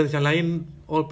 ya